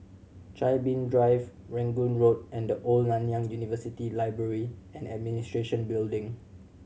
Chin Bee Drive Rangoon Road and The Old Nanyang University Library and Administration Building